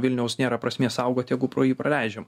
vilniaus nėra prasmės saugot jeigu pro jį praleidžiam